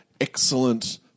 excellent